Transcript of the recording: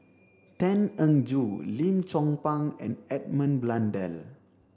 Tan Eng Joo Lim Chong Pang and Edmund Blundell